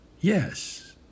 Yes